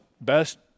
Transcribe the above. best